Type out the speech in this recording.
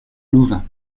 louvain